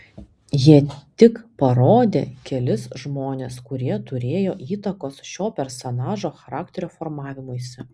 jie tik parodė kelis žmones kurie turėjo įtakos šio personažo charakterio formavimuisi